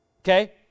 Okay